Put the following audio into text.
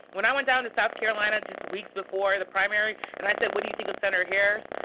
when i went down to south carolina just weeks before the primary, and i said, what do you think of senator harris,